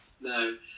No